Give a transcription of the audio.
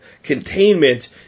containment